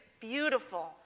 beautiful